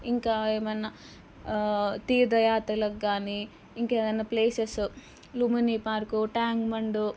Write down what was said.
ఇంకా ఏమన్నా తీర్థయాత్రలకు గానీ ఇంకా ఏదన్నా places Lumbini park tank bund